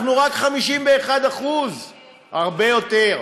אנחנו רק 51% הרבה יותר.